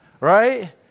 right